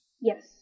Yes